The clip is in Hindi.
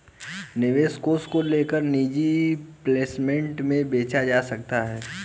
निवेश कोष को केवल निजी प्लेसमेंट में बेचा जा सकता है